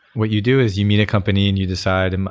what you do is you meet a company and you decide, and